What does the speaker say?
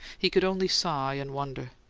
he could only sigh and wonder.